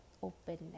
Openness